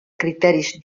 criteris